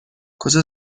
کجا